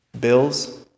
Bill's